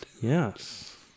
Yes